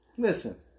Listen